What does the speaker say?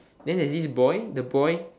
then this boy the boy